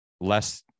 less